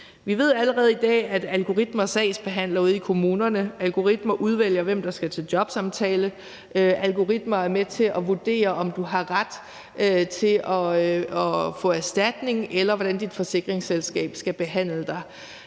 Vi ved allerede i dag, at algoritmer sagsbehandler ude i kommunerne, at algoritmer udvælger, hvem der skal til jobsamtale, og at algoritmer er med til at vurdere, om du har ret til at få erstatning, eller hvordan dit forsikringsselskab skal behandle dig.